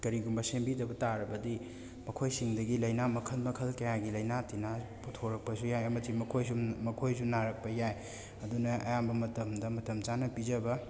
ꯀꯔꯤꯒꯨꯝꯕ ꯁꯦꯝꯕꯤꯗꯕ ꯇꯥꯔꯕꯗꯤ ꯃꯈꯣꯏꯁꯤꯡꯗꯒꯤ ꯂꯥꯏꯅꯥ ꯃꯈꯜ ꯃꯈꯜ ꯀꯌꯥꯒꯤ ꯂꯥꯏꯅꯥ ꯇꯤꯟꯅꯥ ꯄꯨꯊꯣꯔꯛꯄꯁꯨ ꯌꯥꯏ ꯑꯃꯗꯤ ꯃꯈꯣꯏꯁꯨ ꯃꯈꯣꯏꯁꯨ ꯅꯥꯔꯛꯄ ꯌꯥꯏ ꯑꯗꯨꯅ ꯑꯌꯥꯝꯕ ꯃꯇꯝꯗ ꯃꯇꯝ ꯆꯥꯅ ꯄꯤꯖꯕ